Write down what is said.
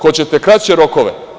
Hoćete kraće rokove?